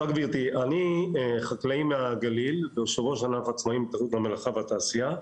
אני חקלאי מהגליל ויו"ר ענף עצמאים התאחדות המלאכה והתעשייה.